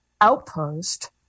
outpost